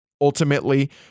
Ultimately